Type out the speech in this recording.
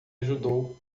ajudou